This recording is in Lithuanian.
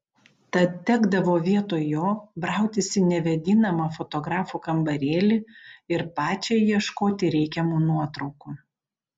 tad tekdavo vietoj jo brautis į nevėdinamą fotografų kambarėlį ir pačiai ieškoti reikiamų nuotraukų